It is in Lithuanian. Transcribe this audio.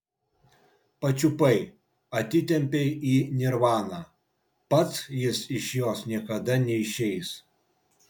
pačiupai atitempei į nirvaną pats jis iš jos niekada neišeis